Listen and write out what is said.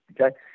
Okay